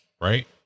right